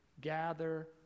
gather